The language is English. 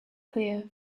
clear